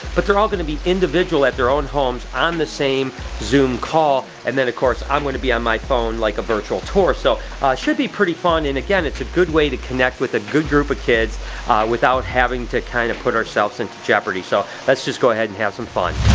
but they're all going to be individual at their own homes on the same zoom call and then of course i'm going to be on my phone, like a virtual tour. so it should be pretty fun. and again, it's a good way to connect with a good group of kids without having to kind of put ourselves into jeopardy. so let's just go ahead and have some fun.